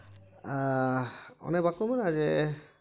ᱚᱱᱮ ᱵᱟᱠᱚ ᱢᱮᱱᱟ ᱡᱮ